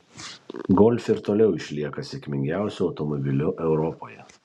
golf ir toliau išlieka sėkmingiausiu automobiliu europoje